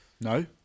No